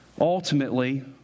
Ultimately